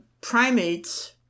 Primates